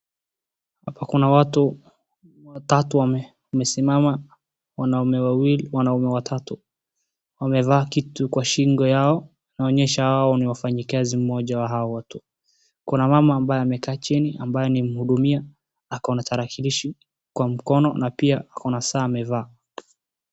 Hapa kuna watu tatu wamesimama wanaume wawili wanaume watatu, wamevaa kitu kwa shingo yao wanonyesha hawa ni wafanyakazi mmoja wa hao watu. Kuna mama ameketi chini ambaye anamhudumia ako talakishi kwa mkono na pia ako na saa amevaa.